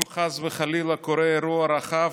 אם חס וחלילה קורה אירוע רחב,